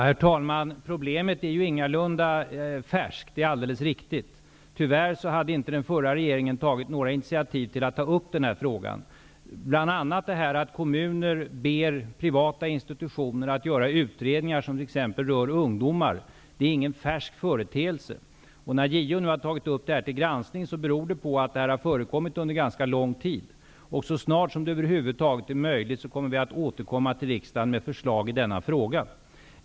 Herr talman! Problemet är ingalunda färskt. Det är alldeles riktigt. Tyvärr hade inte den förra regeringen tagit några initiativ till att ta upp den här frågan. Att kommuner ber privata institutioner att göra utredningar som t.ex. rör ungdomar är ingen färsk företeelse. När JO nu har tagit upp detta till granskning, beror det på att företeelsen har förekommit under ganska lång tid. Så snart som det över huvud taget är möjligt tänker vi återkomma till riksdagen med förslag i denna fråga.